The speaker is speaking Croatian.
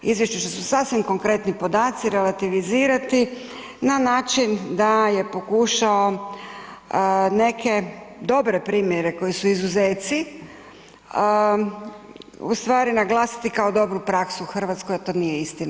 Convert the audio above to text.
U izvješćima su sasvim konkretni podaci, relativizirati na način da je pokušao neke dobre primjere koji su izuzeci ustvari naglasiti kao dobru praksu u Hrvatskoj, a to nije istina.